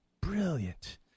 brilliant